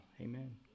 Amen